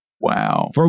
Wow